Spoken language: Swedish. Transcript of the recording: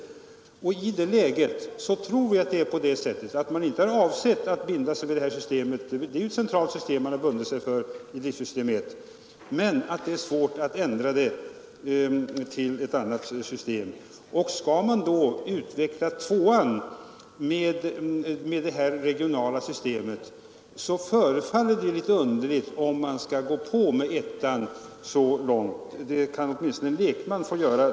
Det driftsystemet är ju ett centralt system som man har bundit sig för, men vi tror inte att man har för avsikt att hålla fast vid det, och då har det upplysts oss att det är svårt att ändra om till ett annat system. Och om man då skall utveckla driftsystem 2 till ett regionalt system, förefaller det litet underligt att gå på med system 1 så långt. Dessa funderingar kan åtminstone en lekman få göra.